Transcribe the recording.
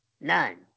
None